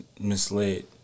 misled